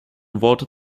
worte